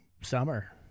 summer